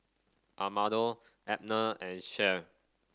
Armando Abner and Cheryll